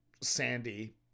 Sandy